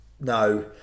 no